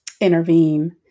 intervene